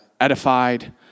edified